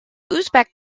uzbek